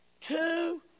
two